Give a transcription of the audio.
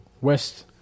west